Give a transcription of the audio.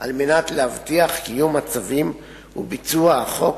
על מנת להבטיח את קיום הצווים וביצוע החוק,